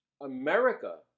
America